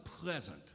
pleasant